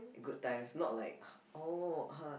good times not like oh !huh!